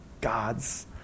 gods